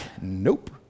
Nope